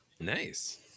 nice